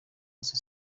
byose